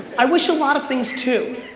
i wish a lot of things too.